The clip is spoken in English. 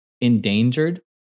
endangered